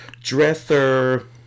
dresser